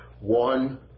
One